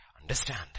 Understand